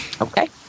Okay